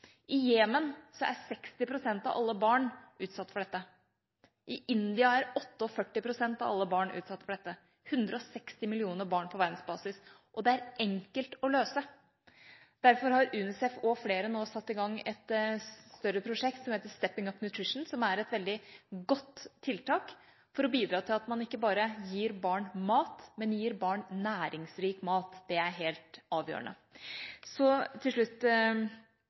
I Jemen er 60 pst. av alle barn utsatt for dette, og i India er 48 pst. av alle barn utsatt for dette. Det er 160 millioner barn på verdensbasis, og det er det enkelt å løse. Derfor har UNICEF og flere nå satt i gang et større prosjekt som heter «Step-Up Nutrition», som er et veldig godt tiltak for å bidra til at man ikke bare gir barn mat, men gir barn næringsrik mat. Det er helt avgjørende. Så til slutt